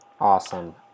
Awesome